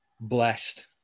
blessed